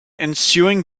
ensuing